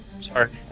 Sorry